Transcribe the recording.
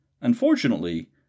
Unfortunately